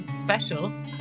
special